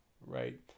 right